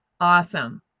Awesome